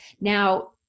now